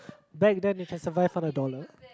back then you can survive for a dollar